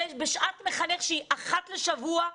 הרי בשעת מחנך שהיא אחת לשבוע,